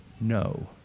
no